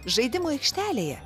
žaidimo aikštelėje